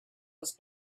was